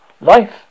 life